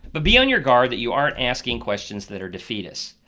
but be on your guard that you aren't asking questions that are defeatist.